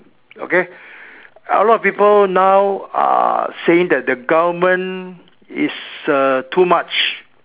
okay a lot of people now uh saying that the government is err too much